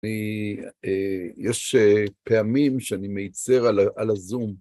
אמ... אמ... יש פעמים שאני מצר על הזום.